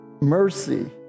mercy